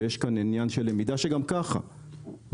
ויש כאן עניין של למידה שגם ככה בעולם